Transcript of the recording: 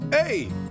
Hey